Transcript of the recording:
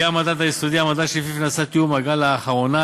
יהיה המדד היסודי המדד שלפיו נעשה תיאום האגרה לאחרונה,